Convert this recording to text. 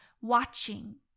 watching